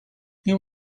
you